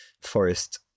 forest